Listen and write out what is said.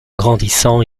grandissant